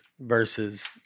versus